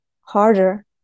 harder